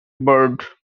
bird